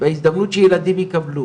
והזדמנות שילדים יקבלו